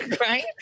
right